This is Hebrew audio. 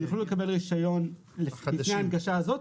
הם יוכלו לקבל רישיון לפני ההנגשה הזאת,